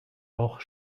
auch